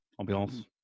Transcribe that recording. Ambiance